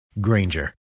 Granger